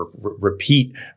repeat